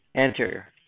anterior